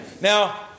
Now